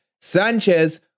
Sanchez